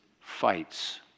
fights